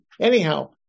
Anyhow